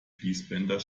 fließbänder